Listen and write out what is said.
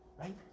right